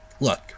look